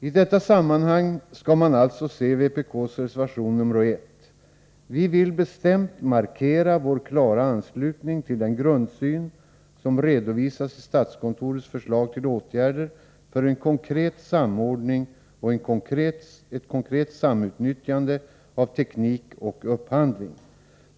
I detta sammanhang skall man alltså se vpk:s reservation 1. Vi vill bestämt markera vår klara anslutning till den grundsyn som redovisas i statskontorets förslag till åtgärder för en konkret samordning och ett konkret samutnyttjande av teknik och upphandling.